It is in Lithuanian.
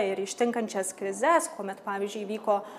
ir ištinkančias krizes kuomet pavyzdžiui vyko